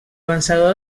vencedor